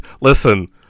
Listen